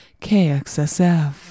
KXSF